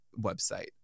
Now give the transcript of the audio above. website